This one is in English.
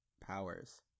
powers